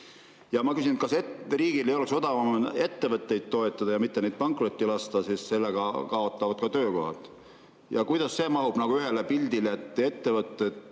ellu jääda? Kas riigil ei oleks odavam ettevõtteid toetada ja mitte neid pankrotti lasta, sest sellega kaovad ka töökohad? Ja kuidas see mahub ühele pildile, et ettevõtted